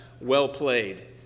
well-played